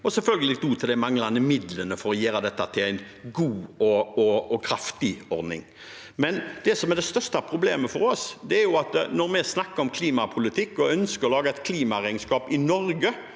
og selvfølgelig til de manglende midlene for å gjøre det til en god og kraftig ordning. Det som er det største problemet for oss, er når vi snakker om klimapolitikk og ønsker å lage et klimaregnskap i Norge